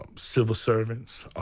um civil servants,